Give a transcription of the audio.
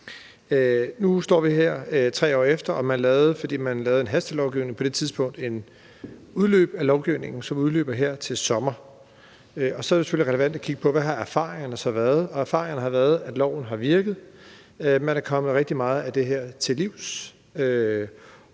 Nu står vi her 3 år efter, fordi man på det tidspunkt lavede en hastelovgivning, som udløber her til sommer. Og så er det selvfølgelig relevant at kigge på, hvad erfaringerne så har været. Og erfaringerne har været, at loven har virket; man er kommet rigtig meget af det her til livs,